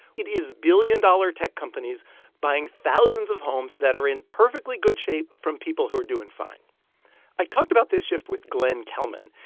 it is billion-dollar tech companies buying thousands of homes that are in perfectly good shape from people who are doing fine i talked about this shift with glenn kelman.